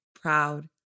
proud